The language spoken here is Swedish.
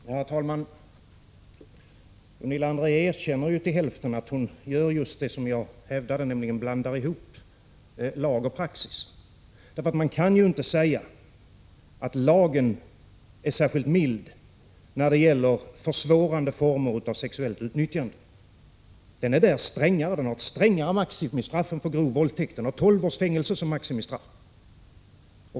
Herr talman! Gunilla André erkänner till hälften att hon gör just det som jag hävdade, nämligen blandar ihop lag och praxis. Men man kan inte säga att lagen är särskilt mild när det gäller försvårande former av sexuellt utnyttjande. Den har där ett strängare maximistraff än för grov våldtäkt: 12 års fängelse.